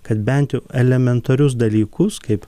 kad bent jau elementarius dalykus kaip